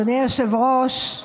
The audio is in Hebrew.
אדוני היושב-ראש.